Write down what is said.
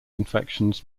infections